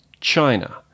China